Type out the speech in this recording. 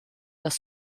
das